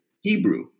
Hebrew